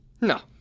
No